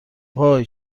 وای